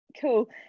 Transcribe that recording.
Cool